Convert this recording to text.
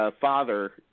father